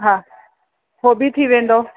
हा हो बि थी वेंदो